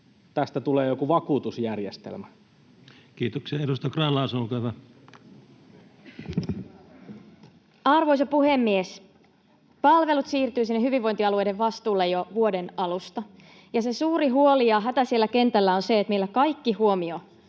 tästä tulee joku vakuutusjärjestelmä? Kiitoksia. — Edustaja Grahn-Laasonen, olkaa hyvä. Arvoisa puhemies! Palvelut siirtyvät sinne hyvinvointialueiden vastuulle jo vuoden alusta, ja se suuri huoli ja hätä siellä kentällä on se, että meillä kaikki huomio